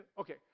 Okay